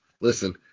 Listen